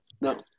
No